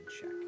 check